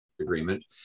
Agreement